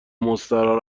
مستراح